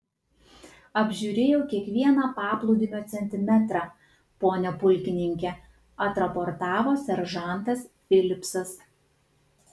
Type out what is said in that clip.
apžiūrėjau kiekvieną paplūdimio centimetrą pone pulkininke atraportavo seržantas filipsas